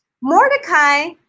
Mordecai